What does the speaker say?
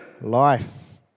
life